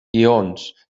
lleons